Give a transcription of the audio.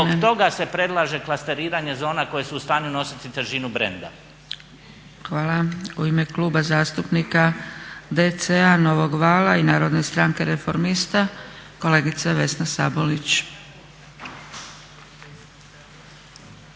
zbog toga se predlaže klasteriranje zona koje su u stanju nositi težinu brenda. **Zgrebec, Dragica (SDP)** Hvala. U ime Kluba zastupnika DC-a Novog vala i Narodne stranke reformista kolegica Vesna Sabolić.